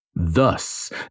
Thus